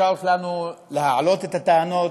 אפשרת לנו להעלות את הטענות,